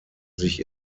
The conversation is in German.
sich